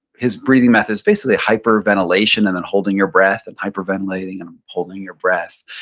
his breathing methods basically a hyper-ventilation and then holding your breath and hyper-ventilating and holding your breath.